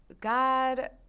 God